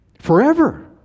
forever